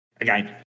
again